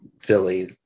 Philly